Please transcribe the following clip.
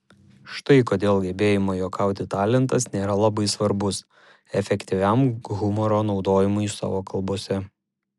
štai kodėl gebėjimo juokauti talentas nėra labai svarbus efektyviam humoro naudojimui savo kalbose